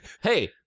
Hey